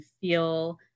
feel